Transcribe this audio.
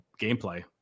gameplay